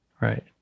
right